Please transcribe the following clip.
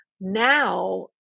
Now